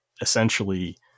essentially